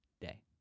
day